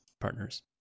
Partners